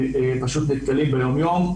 נתקלים ביום יום.